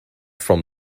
from